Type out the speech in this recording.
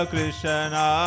Krishna